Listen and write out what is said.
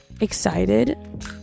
excited